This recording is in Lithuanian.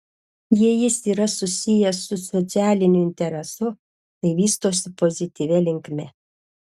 jei jis yra susijęs su socialiniu interesu tai vystosi pozityvia linkme